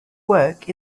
work